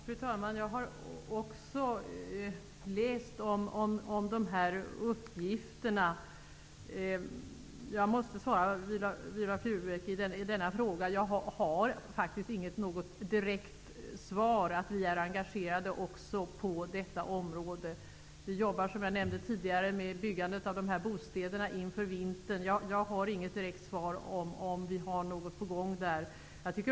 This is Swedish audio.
Fru talman! Jag har också läst om detta. Jag måste svara Viola Furubjelke i denna fråga att jag faktiskt inte har något direkt svar på om vi är engagerade också på detta område. Vi jobbar, som jag nämnde tidigare, med byggandet av bostäder inför vintern. Jag har inget direkt svar på om vi har något på gång på detta område.